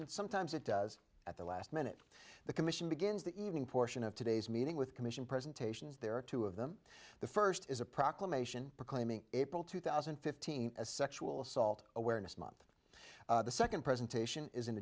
and sometimes it does at the last minute the commission begins the evening portion of today's meeting with commission presentations there are two of them the first is a proclamation proclaiming april two thousand and fifteen as sexual assault awareness month the second presentation is an